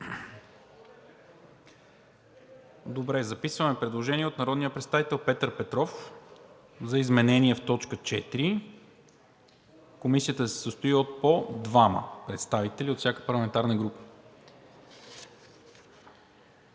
Добре. Записваме предложение от народния представител Петър Петров за изменение в т. 4 – Комисията да се състои от по двама представители от всяка парламентарна група.